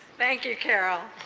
thank you, karol.